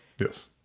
yes